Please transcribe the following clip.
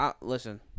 listen